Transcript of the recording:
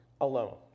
alone